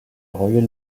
royal